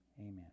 amen